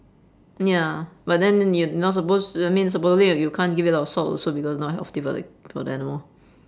ya but then you not supposed to I mean supposedly you can't give it a lot of salt also because not healthy for the for the animal